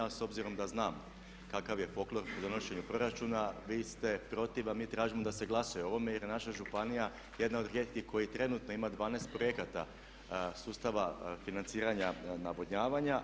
Ali s obzirom da znam kakav je folklor u donošenju proračuna, vi ste protiv, a mi tražimo da se glasuje o ovome jer je naša županija jedna od rijetkih koji trenutno ima 12 projekata sustava financiranja navodnjavanja.